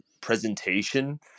presentation